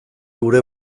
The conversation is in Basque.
gure